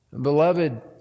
Beloved